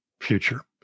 future